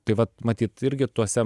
tai vat matyt irgi tuose